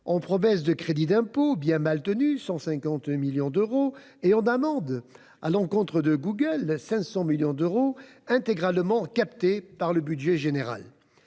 en promesses de crédits d'impôt bien mal tenues- 150 millions d'euros -et en amende à l'encontre de Google- 500 millions d'euros -, intégralement captée par le budget général.